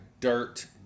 dirt